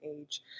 age